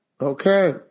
Okay